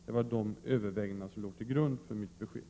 Det var dessa överväganden som låg till grund för mitt besked.